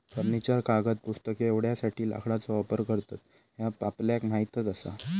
furniture, कागद, पुस्तके एवढ्यासाठी लाकडाचो वापर करतत ह्या आपल्याक माहीतच आसा